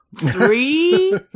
Three